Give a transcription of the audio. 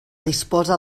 disposa